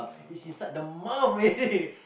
this is like the mouth already